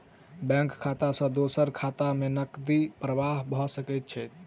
bank खाता सॅ दोसर बैंक खाता में नकदी प्रवाह भ सकै छै